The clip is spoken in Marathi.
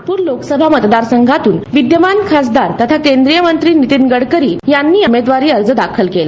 नागपूर मतदारसंघातून विद्यमान खासदार तथा केंद्रीयमंत्री नितीन गडकरी यांनी उमेदवारी अर्ज दाखल केला